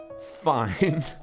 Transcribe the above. fine